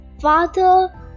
father